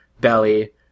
belly